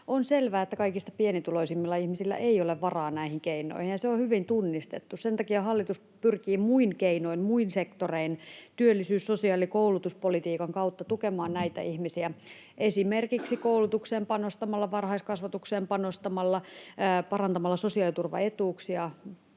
On selvää, että kaikista pienituloisimmilla ihmisillä ei ole varaa näihin keinoihin, ja se on hyvin tunnistettu. Sen takia hallitus pyrkii muin keinoin, muin sektorein, työllisyys-, sosiaali- ja koulutuspolitiikan kautta, tukemaan näitä ihmisiä, esimerkiksi koulutukseen panostamalla, varhaiskasvatukseen panostamalla, parantamalla sosiaaliturvaetuuksia